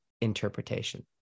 interpretation